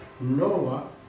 Noah